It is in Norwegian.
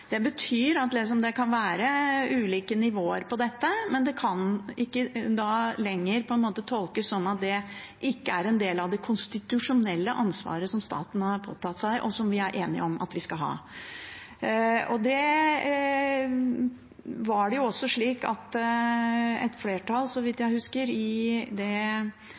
Det betyr at det kan være ulike nivåer på dette, men det kan ikke lenger tolkes sånn at det ikke er en del av det konstitusjonelle ansvaret som staten har påtatt seg, og som vi er enige om at vi skal ha. Det var også et flertall, så vidt jeg husker, i det